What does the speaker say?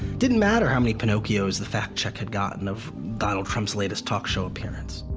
didn't matter how many pinocchios that factcheck had gotten of donald trump's latest talk show appearance.